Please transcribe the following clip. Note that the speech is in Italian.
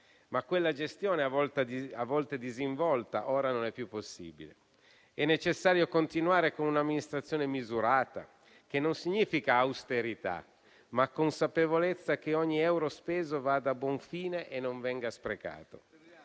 Ma quella gestione a volte disinvolta ora non è più possibile. È necessario continuare con un'amministrazione misurata, che non significa austerità, ma consapevolezza che ogni euro speso vada a buon fine e non venga sprecato.